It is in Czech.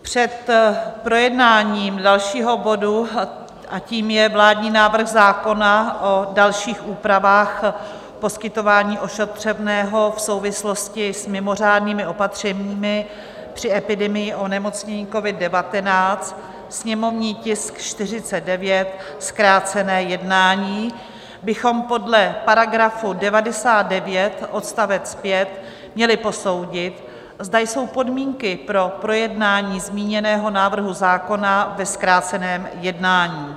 Před projednáním dalšího bodu, a tím je Vládní návrh zákona o dalších úpravách poskytování ošetřovného v souvislosti s mimořádnými opatřeními při epidemii onemocnění covid19, sněmovní tisk 49, zkrácené jednání, bychom podle § 99 odst. 5 měli posoudit, zda jsou podmínky pro projednání zmíněného návrhu zákona ve zkráceném jednání.